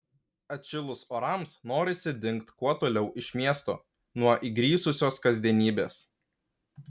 atšilus orams norisi dingt kuo toliau iš miesto nuo įgrisusios kasdienybės